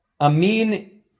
Amin